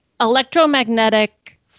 electromagnetic